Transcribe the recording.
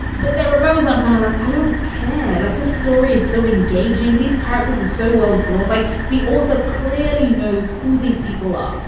but there were moments i'm kind of like, i don't care. like the story is so engaging. these characters are so well drawn, like the author clearly knows who these people are.